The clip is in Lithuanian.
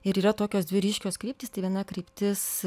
ir yra tokios dvi ryškios kryptys tai viena kryptis